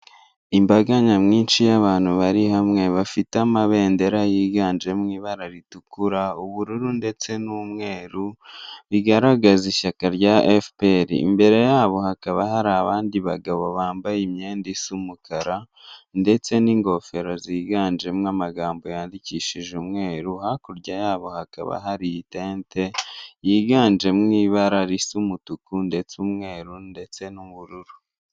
Imbaga nyamwinshi y'abantu bari hamwe bafite amabendera yiganjemo ibara ritukura ubururu ndetse n'umweru bigaragaza ishyaka rya FPR imbere y'abo hakaba hari abandi bagabo bambaye imyenda isuumukara ndetse n'ingofero ziganjemo amagambo yandikishije umweru hakurya yabo hakaba harinte yiganje mu ibara risa'umutuku ndetse umwe ndetse n'ubururu.